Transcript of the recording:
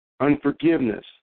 Unforgiveness